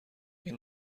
این